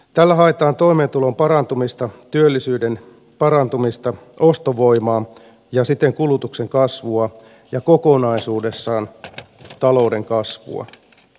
tällä haetaan toimeentulon parantumista työllisyyden parantumista ostovoimaa ja siten kulutuksen kasvua ja kokonaisuudessaan talouden kasvua